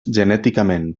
genèticament